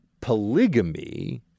polygamy